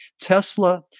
Tesla